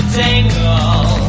tangle